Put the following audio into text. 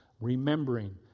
remembering